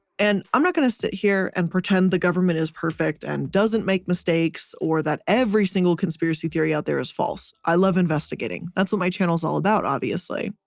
and i'm not gonna sit here and pretend the government is perfect and doesn't make mistakes or that every single conspiracy theory out there is false. i love investigating. that's what my channel's all about obviously,